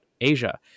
Asia